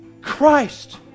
Christ